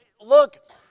Look